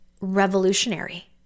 Revolutionary